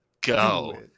go